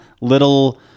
little